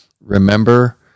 Remember